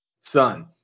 Son